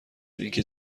اینکه